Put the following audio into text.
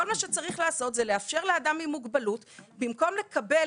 כל מה שיש לעשות הוא לאפשר לאדם עם מוגבלות במקום לקבל